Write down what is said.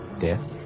Death